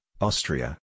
Austria